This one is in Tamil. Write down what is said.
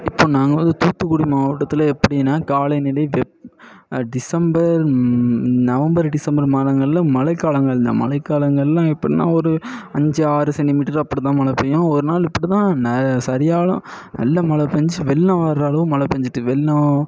இப்போ நாங்கள் வந்து தூத்துக்குடி மாவட்டத்தில் எப்படின்னா காலைநிலை டிப் டிசம்பர் நவம்பர் டிசம்பர் மாதங்களில் மழைக்காலங்கள் இந்த மழைக்காலங்கள்லாம் எப்படின்னா ஒரு அஞ்சு ஆறு சென்டிமீட்டர் அப்படிதான் மழை பெய்யும் ஒரு நாள் இப்படிதான் ந சரியான நல்ல மழை பெஞ்சி வெள்ளம் வர்ற அளவு மழை பெஞ்சிட்டு வெள்ளம்